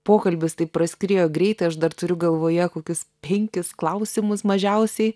pokalbis taip praskriejo greitai aš dar turiu galvoje kokius penkis klausimus mažiausiai